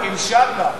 המשטר שלכם.) אינשאללה.